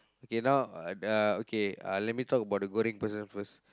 okay now uh okay uh let me talk about the goreng person first